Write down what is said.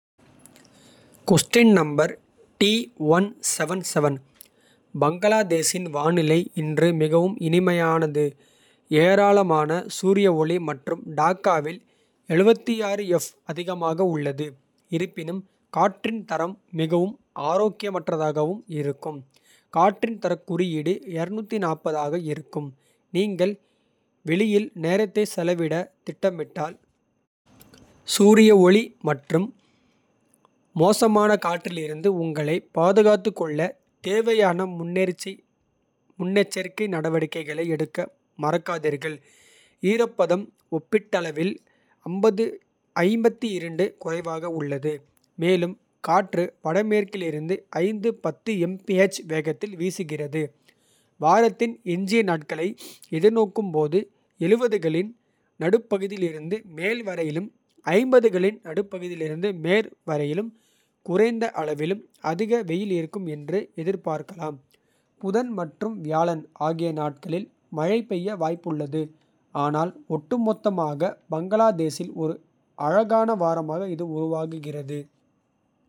பங்களாதேஷின் வானிலை இன்று மிகவும் இனிமையானது. ஏராளமான சூரிய ஒளி மற்றும் டாக்காவில். அதிகமாக உள்ளது இருப்பினும் காற்றின் தரம் மிகவும். ஆரோக்கியமற்றதாக இருக்கும் காற்றின் தரக் குறியீடு. ஆக இருக்கும் நீங்கள் வெளியில் நேரத்தை செலவிட. திட்டமிட்டால், சூரிய ஒளி மற்றும் மோசமான காற்றில். இருந்து உங்களைப் பாதுகாத்துக் கொள்ள தேவையான. முன்னெச்சரிக்கை நடவடிக்கைகளை எடுக்க மறக்காதீர்கள். ஈரப்பதம் ஒப்பீட்டளவில் குறைவாக உள்ளது மேலும் காற்று. வடமேற்கில் இருந்து வேகத்தில் வீசுகிறது வாரத்தின். எஞ்சிய நாட்களை எதிர்நோக்கும்போது ​​70களின் நடுப்பகுதியில். இருந்து மேல் வரையிலும் 50களின் நடுப்பகுதியிலிருந்து மேல். வரையிலும் குறைந்த அளவிலும் அதிக வெயில் இருக்கும் என்று. எதிர்பார்க்கலாம் புதன் மற்றும் வியாழன் ஆகிய நாட்களில் மழை. பெய்ய வாய்ப்புள்ளது ஆனால் ஒட்டுமொத்தமாக பங்களாதேஷில். ஒரு அழகான வாரமாக இது உருவாகிறது.